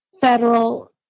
federal